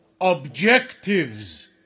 objectives